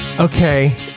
Okay